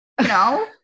No